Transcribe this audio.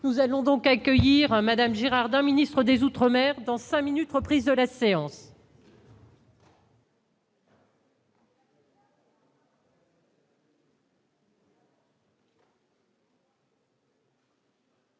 nous allons donc accueillir un Madame Girardin ministre des Outre-dans 5 minutes, reprise de la séance.